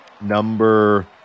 Number